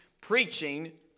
preaching